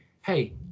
hey